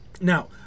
now